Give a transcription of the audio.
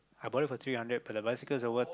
I bought it for three hundred but the bicycle's over